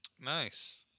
Nice